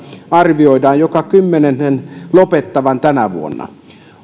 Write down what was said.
arvioidaan joka kymmenennen lopettavan tänä vuonna